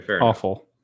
awful